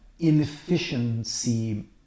Inefficiency